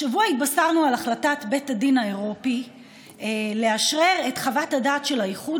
השבוע התבשרנו על החלטת בית הדין האירופי לאשרר את חוות הדעת של האיחוד